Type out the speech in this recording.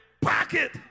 pocket